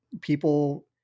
people